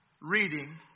reading